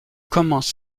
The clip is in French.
commence